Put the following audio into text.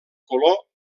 color